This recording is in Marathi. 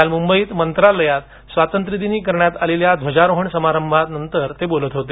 काल मुंबईत मंत्रालयात स्वातंत्र्य दिनी करण्यात आलेल्या ध्वजारोहण समारंभात ते बोलत होते